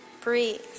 Breathe